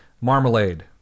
Marmalade